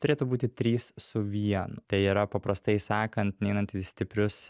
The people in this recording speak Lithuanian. turėtų būti trys su vienu tai yra paprastai sakant neinant į stiprius